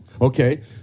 Okay